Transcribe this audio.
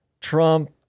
Trump